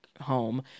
home